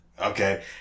Okay